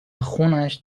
خونش